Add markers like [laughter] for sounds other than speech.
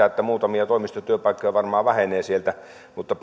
[unintelligible] että muutamia toimistotyöpaikkoja varmaan vähenee sieltä mutta [unintelligible]